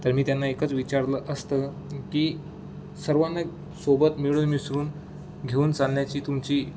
तर मी त्यांना एकच विचारलं असतं की सर्वांना सोबत मिळून मिसळून घेऊन चालण्याची तुमची